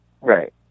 Right